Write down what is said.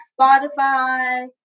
Spotify